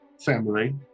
family